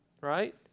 right